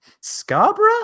Scarborough